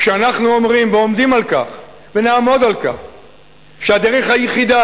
כשאנחנו אומרים ועומדים על כך ונעמוד על כך שהדרך היחידה